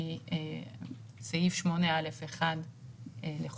כרגע זה אפשרי ומי שרוצה לנסוע שייסע ויחזור לבידוד,